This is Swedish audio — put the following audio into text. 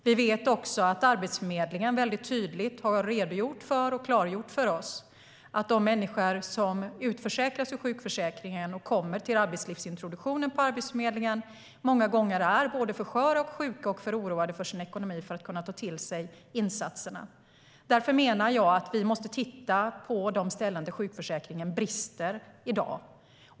Vi vet också att Arbetsförmedlingen tydligt har redogjort och klargjort för oss att de människor som utförsäkras ur sjukförsäkringen och kommer till arbetslivsintroduktionen på Arbetsförmedlingen många gånger är både för sköra, sjuka och oroade för sin ekonomi för att ta till sig insatserna. Därför menar jag att vi måste titta på de punkter där sjukförsäkringen brister i dag.